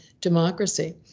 democracy